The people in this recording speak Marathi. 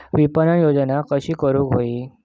विपणन योजना कशी करुक होई?